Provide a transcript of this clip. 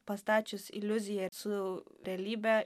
pastačius iliuziją su realybe